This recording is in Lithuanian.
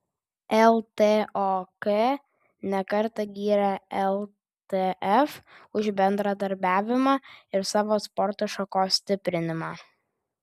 ltok ne kartą gyrė ltf už bendradarbiavimą ir savo sporto šakos stiprinimą